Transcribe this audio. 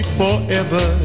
forever